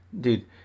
dude